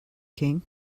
king